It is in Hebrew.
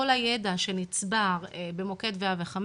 כל הידע שנצבר במוקד 105,